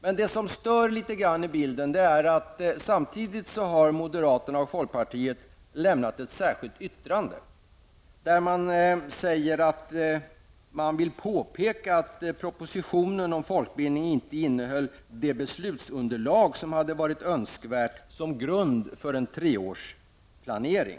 Men det som stör litet grand i bilden är att moderaterna och folkpartiet samtidigt har lämnat ett särskilt yttrande, där man säger att man vill påpeka att propositionen om folkbildningen inte innehöll det beslutsunderlag som hade varit önskvärt som grund för en treårsplanering.